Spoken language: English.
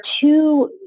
two